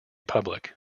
public